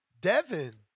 Devin